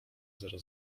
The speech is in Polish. zero